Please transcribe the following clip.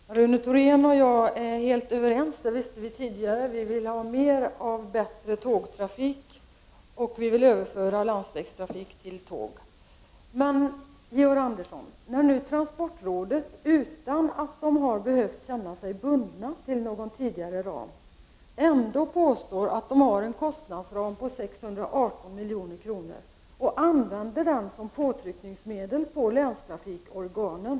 Herr talman! Rune Thorén och jag är helt överens, vilket vi visste tidigare. Vi vill ha mer bra tågtrafik, och vi vill överföra trafik från landsväg till järnväg. Men, Georg Andersson, nu påstår transportrådet, utan att det har behövt känna sig bundet till någon tidigare ram, att det har en kostnadsram på 618 miljoner och använder den som påtryckningsmedel på länstrafikorganen.